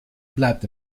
bleibt